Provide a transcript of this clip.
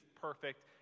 perfect